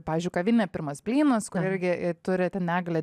pavyzdžiui kavinė pirmas blynas irgi turi ten negalią